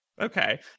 Okay